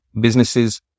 businesses